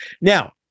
Now